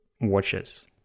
watches